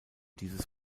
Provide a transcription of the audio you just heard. dieses